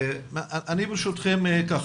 אני ברשותכם כך,